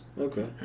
Okay